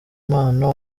mpano